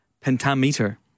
Pentameter